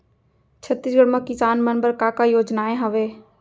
छत्तीसगढ़ म किसान मन बर का का योजनाएं हवय?